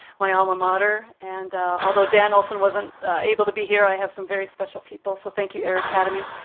my alma mater. and although dan olson wasn't able to be here i have some very special people, so thank you air academy.